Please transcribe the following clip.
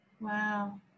Wow